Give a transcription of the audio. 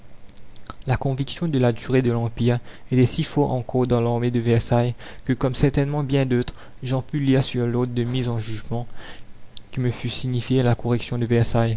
la conviction de la durée de l'empire était si forte encore dans l'armée de versailles que comme certainement bien d'autres j'en pus lire sur l'ordre de mise en jugement qui me fut signifié à la correction de versailles